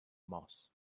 moss